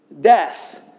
death